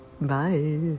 Bye